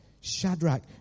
Shadrach